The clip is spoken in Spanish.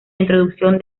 introducción